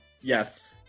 Yes